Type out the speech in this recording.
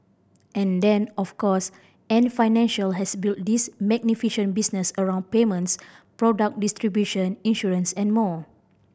and then of course Ant Financial has built this magnificent business around payments product distribution insurance and more